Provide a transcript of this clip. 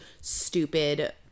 stupid